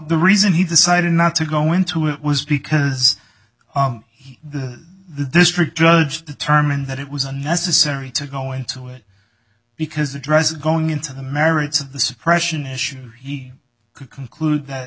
the reason he decided not to go into it was because he the the district judge determined that it was unnecessary to go into it because the dress going into the merits of the suppression issue he could conclude that